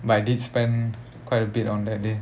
but I did spend quite a bit on that day